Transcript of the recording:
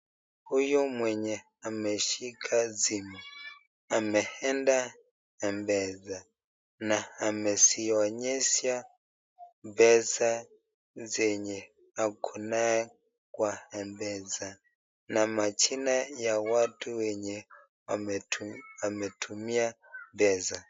Huyu mwenye ameshika simu ameenda mpesa na amezionyesha pesa zenye akonaye kwa mpesa na majina ya watu ametumia pesa.